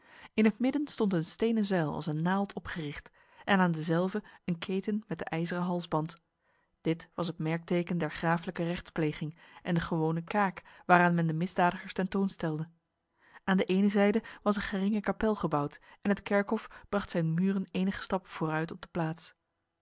in het midden stond een stenen zuil als een naald opgericht en aan dezelve een keten met de ijzeren halsband dit was het merkteken der graaflijke rechtspleging en de gewone kaak waaraan men de misdadigers tentoonstelde aan de ene zijde was een geringe kapel gebouwd en het kerkhof bracht zijn muren enige stappen vooruit op de plaats